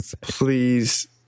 Please